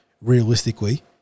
Realistically